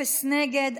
אפס נגד.